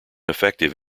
effective